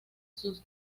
sus